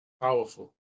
powerful